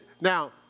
now